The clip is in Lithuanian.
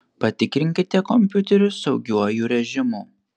patikrinkite kompiuterį saugiuoju režimu